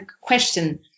question